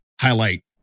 Highlight